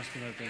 מה זאת אומרת?